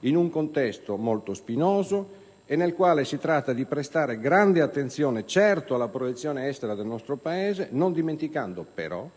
in un contesto molto spinoso e nel quale si tratta di prestare grande attenzione, certo, alla proiezione estera del nostro Paese, non dimenticando però